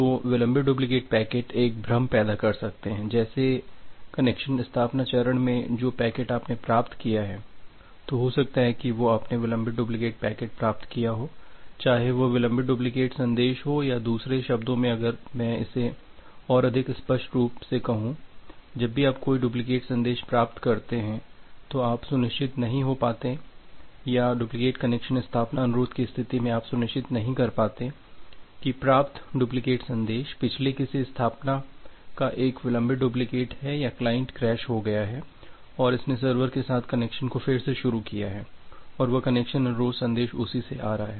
तो विलंबित duplicate packet एक भ्रम पैदा कर सकते हैं जैसे कनेक्शन स्थापना चरण में जो पैकेट आपने प्राप्त किया है तो हो सकता है की आपने विलंबित डुप्लिकेट पैकेट प्राप्त किया हो चाहे वह विलंबित डुप्लिकेट संदेश हो या दूसरे शब्दों में अगर मैं इसे और अधिक स्पष्ट रूप कहूँ जब भी आप कोई डुप्लिकेट संदेश प्राप्त करते हैं तो आप सुनिश्चित नहीं होते या डुप्लिकेट कनेक्शन स्थापना अनुरोध की स्थिती में आप सुनिश्चित नहीं कर पाते की प्राप्त डुप्लिकेट संदेश पिछेले किसी स्थापना का एक विलंबित डुप्लिकेट है या क्लाइंट क्रैश हो गया है और इसने सर्वर के साथ कनेक्शन को फिर से शुरू किया है और वह कनेक्शन अनुरोध संदेश उसी से आ रहा है